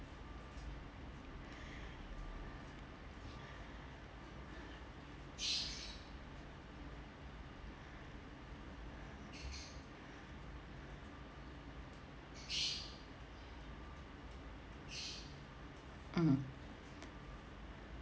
mm